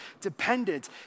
dependent